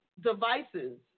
devices